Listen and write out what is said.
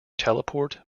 teleport